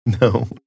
No